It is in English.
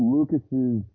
Lucas's